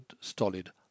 stolid